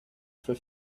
for